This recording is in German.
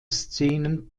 szenen